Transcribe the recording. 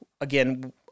again